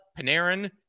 Panarin